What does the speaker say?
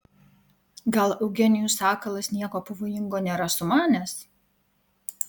gal eugenijus sakalas nieko pavojingo nėra sumanęs